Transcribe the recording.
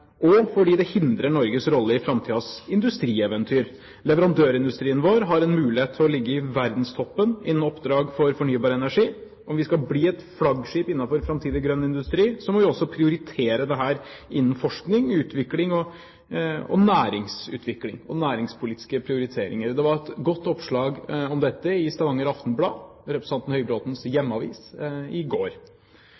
og fordi det hindrer Norges rolle i framtidens industrieventyr. Leverandørindustrien vår har en mulighet til å ligge i verdenstoppen innen oppdrag for fornybar energi. Om vi skal bli et flaggskip innenfor framtidig grønn industri, må vi også prioritere dette innen forskning, utvikling og næringsutvikling, og vi må foreta næringspolitiske prioriteringer. Det var et godt oppslag om dette i Stavanger Aftenblad, representanten